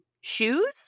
shoes